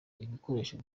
ibikoresho